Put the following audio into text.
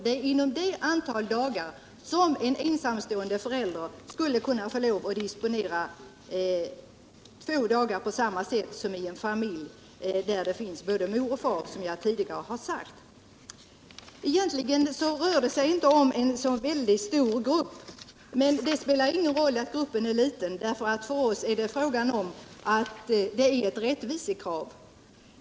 Det är inom dessa dagar som en ensamstående förälder skulle kunna få lov att disponera två dagar på samma sätt som i en familj med både mor och far, som jag tidigare har sagt. Egentligen rör det sig inte om en särskilt stor grupp. Men det spelar ingen roll att gruppen är liten, därför att för oss är det ett rättvisekrav.